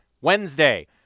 Wednesday